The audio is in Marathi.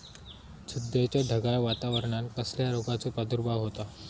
सध्याच्या ढगाळ वातावरणान कसल्या रोगाचो प्रादुर्भाव होता?